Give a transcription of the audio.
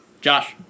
Josh